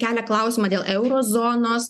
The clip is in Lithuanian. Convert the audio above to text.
kelia klausimą dėl euro zonos